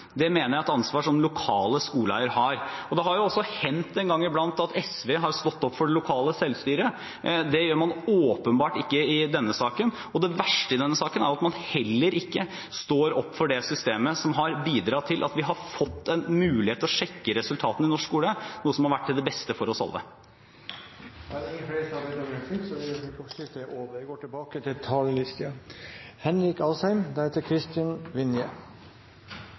Det mener jeg er et ansvar som lokale skoleeiere har. Det har også hendt en gang iblant at SV har stått opp for det lokale selvstyret. Det gjør man åpenbart ikke i denne saken, og det verste i denne saken er at man heller ikke står opp for det systemet som har bidratt til at vi har fått en mulighet til å sjekke resultatene i norsk skole, noe som har vært til det beste for oss alle. Replikkordskiftet er omme. De talerne som heretter får ordet, har en taletid på inntil 3 minutter. Som saksordfører må jeg